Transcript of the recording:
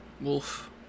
Wolf